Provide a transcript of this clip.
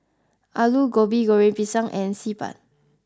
aloo gobi goreng pisang and xi ban